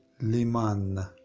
Liman